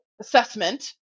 assessment